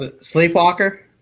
Sleepwalker